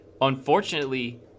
Unfortunately